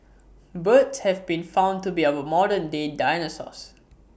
birds have been found to be our modern day dinosaurs